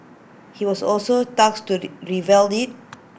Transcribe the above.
he was also to revamp IT